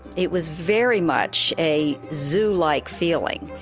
it was very much a zoo-like feeling.